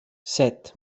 set